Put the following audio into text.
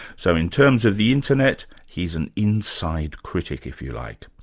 so in terms of the internet, he's an inside critic, if you like.